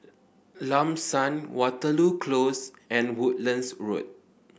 Lam San Waterloo Close and Woodlands Road